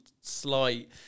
slight